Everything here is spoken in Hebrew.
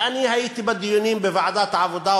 ואני הייתי בדיונים בוועדת העבודה,